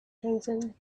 crimson